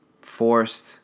forced